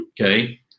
Okay